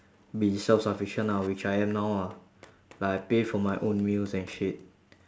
be self sufficient ah which I am now ah like I pay for my own meals and shit